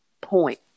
point